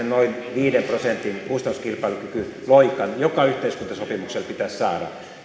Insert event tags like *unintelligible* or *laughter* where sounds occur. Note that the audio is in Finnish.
*unintelligible* noin viiden prosentin kustannuskilpailukykyloikan joka yhteiskuntasopimuksella pitäisi